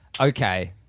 okay